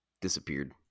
disappeared